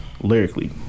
Lyrically